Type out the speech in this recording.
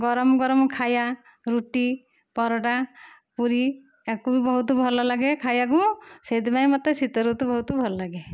ଗରମ ଗରମ ଖାଇବା ରୁଟି ପରଟା ପୁରି ୟାକୁ ବି ବହୁତ ଭଲ ଲାଗେ ଖାଇବାକୁ ସେଥିପାଇଁ ମୋତେ ଶୀତ ଋତୁ ବହୁତ ଭଲ ଲାଗେ